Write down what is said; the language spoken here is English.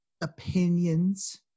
opinions